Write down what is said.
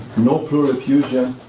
no pleural effusion,